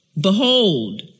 Behold